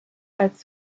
als